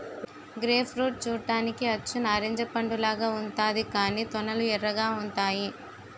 grape fruit చూడ్డానికి అచ్చు నారింజ పండులాగా ఉంతాది కాని తొనలు ఎర్రగా ఉంతాయి